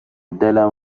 دلم